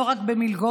לא רק במלגות,